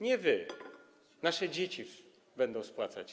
Nie wy, nasze dzieci będą to spłacać.